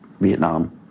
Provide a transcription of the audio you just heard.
Vietnam